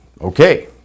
Okay